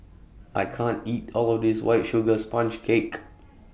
I can't eat All of This White Sugar Sponge Cake